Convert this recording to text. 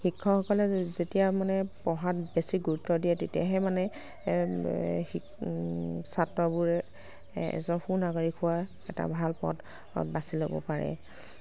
শিক্ষকসকলে যেতিয়া মানে পঢ়াত বেছি গুৰুত্ব দিয়ে তেতিয়াহে মানে ছাত্ৰবোৰে এ এজন সু নাগৰিক হোৱাৰ এটা ভাল পথ বাছি ল'ব পাৰে